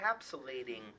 encapsulating